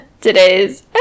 today's